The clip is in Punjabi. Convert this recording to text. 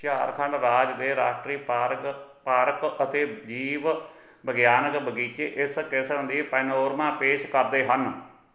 ਝਾਰਖੰਡ ਰਾਜ ਦੇ ਰਾਸ਼ਟਰੀ ਪਾਰਕ ਪਾਰਕ ਅਤੇ ਜੀਵ ਵਿਗਿਆਨਕ ਬਗੀਚੇ ਇਸ ਕਿਸਮ ਦੀ ਪੈਨੋਰਮਾ ਪੇਸ਼ ਕਰਦੇ ਹਨ